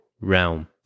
realm